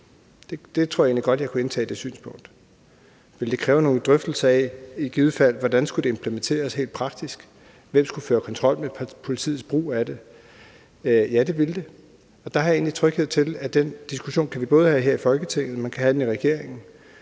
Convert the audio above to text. tror jeg egentlig godt jeg kunne indtage. Ville det kræve nogle drøftelser af, hvordan det i givet fald skulle implementeres helt praktisk, i forhold til hvem der skulle føre kontrol med politiets brug af det? Ja, det ville det. Og der har jeg egentlig tillid til, at vi både kan have den diskussion her i Folketinget, men også kan have den i regeringen.